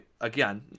again